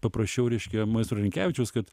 paprašiau reiškia maestro rinkevičiaus kad